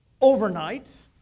overnight